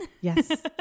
Yes